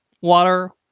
water